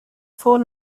four